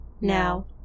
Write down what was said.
Now